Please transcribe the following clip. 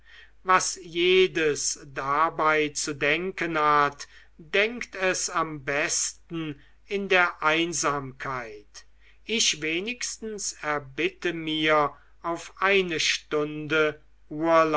was jedes dabei zu denken hat denkt es am besten in der einsamkeit ich wenigstens erbitte mir auf eine stunde